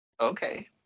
Okay